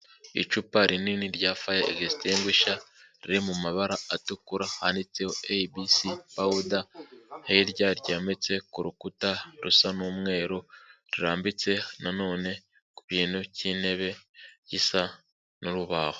Icupa rinini rya faya egisitenguwisha riri mu mabara atukura handitseho eyi bi si pawuda hirya ryametse ku rukuta rusa n'umweru rurambitse nanone ku kintu k'intebe gisa n'urubaho.